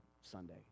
Sunday